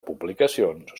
publicacions